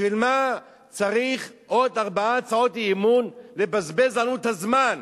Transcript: בשביל מה צריך עוד ארבע הצעות אי-אמון ולבזבז לנו את הזמן?